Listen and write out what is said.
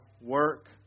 work